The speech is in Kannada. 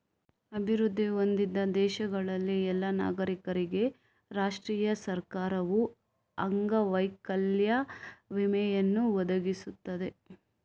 ಅಭಿವೃದ್ಧಿ ಹೊಂದಿದ ದೇಶಗಳಲ್ಲಿ ಎಲ್ಲಾ ನಾಗರಿಕರಿಗೆ ರಾಷ್ಟ್ರೀಯ ಸರ್ಕಾರವು ಅಂಗವೈಕಲ್ಯ ವಿಮೆಯನ್ನು ಒದಗಿಸುತ್ತದೆ